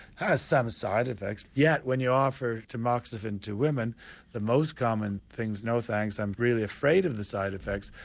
has some side effects, yet when you offer tamoxifen to women the most common thing is no thanks, i'm really afraid of the side effects.